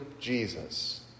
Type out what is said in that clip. Jesus